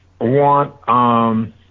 want